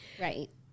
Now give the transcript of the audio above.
Right